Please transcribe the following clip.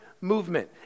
movement